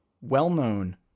well-known